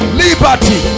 liberty